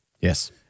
Yes